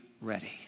ready